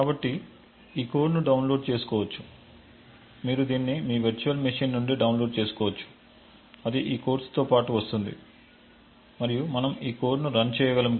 కాబట్టి ఈ కోడ్ను డౌన్లోడ్చేసుకోవచ్చు మీరు దీన్ని మీ వర్చువల్ మెషీన్ నుండి డౌన్లోడ్ చేసుకోవచ్చు అది ఈ కోర్సుతో పాటు వస్తుంది మరియు మనం ఈ కోడ్ను రన్ చేయగలము